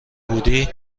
بودی